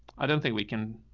i don't think we can.